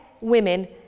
women